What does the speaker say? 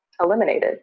eliminated